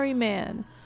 man